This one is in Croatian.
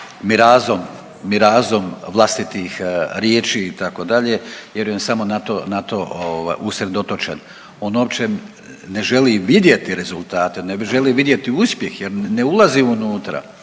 mirazom vlastitih riječi, itd., vjerujem samo na to, na to, usredotočen, on uopće ne želi vidjeti rezultate, ne želi vidjeti uspjeh ne ulazi unutra.